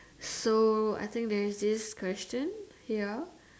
so I think there is this question ya